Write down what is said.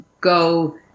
go